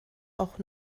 auch